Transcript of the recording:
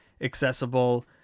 accessible